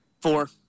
Four